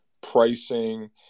pricing